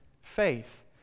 faith